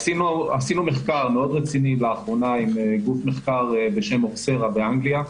עשינו מחקר מאוד רציני לאחרונה עם גוף מחקר בשם Oxera באנגליה,